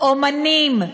אמנים,